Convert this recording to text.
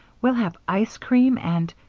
we'll have ice cream and